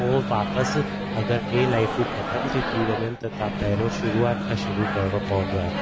पोइ वापसि अगरि टे लाइफ़ूं ख़तमु थी थी वञनि त तव्हां पहिरियों शुरूआति खां शुरू करिणो पवंदो आहे